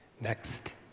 next